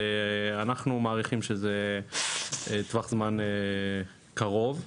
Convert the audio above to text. אנחנו מעריכים שזה טווח זמן קרוב,